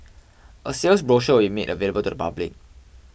a sales brochure will be made available to the public